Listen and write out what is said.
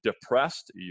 depressed